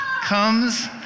comes